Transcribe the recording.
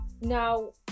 Now